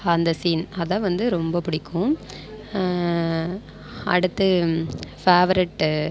அந்த சீன் அதுதான் வந்து ரொம்ப பிடிக்கும் அடுத்து ஃபேவரெட்டு